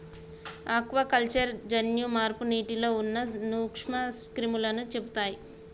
aquaculture జన్యు మార్పు నీటిలో ఉన్న నూక్ష్మ క్రిములని చెపుతయ్